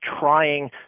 trying